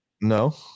no